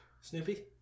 Snoopy